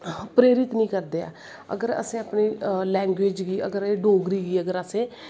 परेरित नी करदे ऐ अगर असैं अपनी लैग्वेज़ गी अगर असैं डोगरी गी अगर असैं